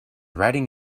writing